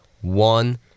one